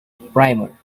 primer